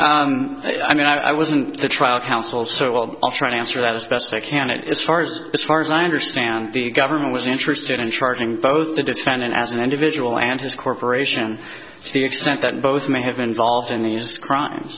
well i mean i wasn't the trial counsel so well i'll try to answer that as best i can it is stars as far as i understand the government was interested in charging both the defendant as an individual and his corporation to the extent that both may have been involved in these crime